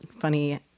funny